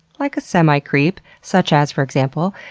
like a semi-creep, such as for example,